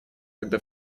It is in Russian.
когда